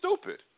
stupid